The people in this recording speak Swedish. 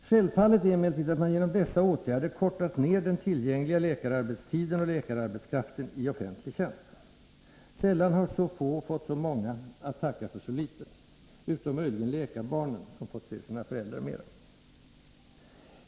Självfallet är emellertid att man genom dessa åtgärder kortat ner den tillgängliga läkararbetstiden och läkararbetskraften i offentlig tjänst. Sällan harså få fått så många att tacka för så litet — utom möjligen läkarbarnen, som fått se sina föräldrar mera.